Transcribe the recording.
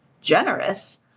generous